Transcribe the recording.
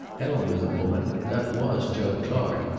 hell with the women that was jud clark.